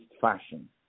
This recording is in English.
fashion